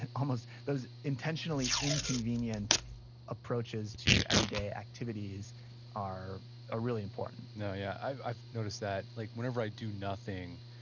and almost those intentionally inconvenient approaches to everyday activities are ah really important no, yeah. i've i've noticed that like whenever i do nothing,